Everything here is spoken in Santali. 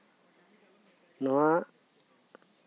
ᱱᱚᱣᱟ